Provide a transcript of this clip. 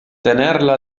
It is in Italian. tenerla